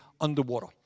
underwater